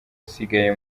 usigaye